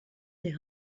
des